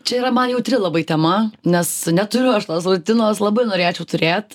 čia yra man jautri labai tema nes neturiu aš tos rutinos labai norėčiau turėt